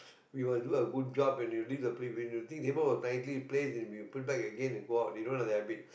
we must do a good job when you leave the place when you nicely place then you put back again and go out they don't have the habit